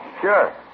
Sure